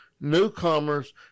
newcomers